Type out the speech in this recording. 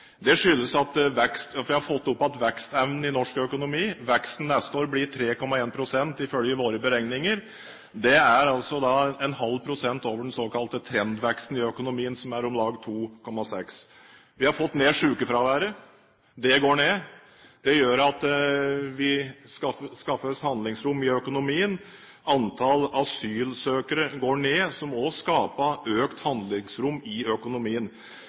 Det skyldes at vi har fått opp igjen vekstevnen i norsk økonomi. Veksten neste år blir 3,1 pst., ifølge våre beregninger. Det er 0,5 pst. over den såkalte trendveksten i økonomien, som er om lag 2,6 pst. Vi har fått ned sykefraværet. Det går ned. Det gjør at vi skaffer oss handlingsrom i økonomien. Antall asylsøkere går ned, som også skaper økt handlingsrom i økonomien.